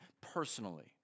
personally